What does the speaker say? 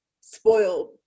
spoiled